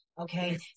Okay